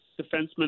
defenseman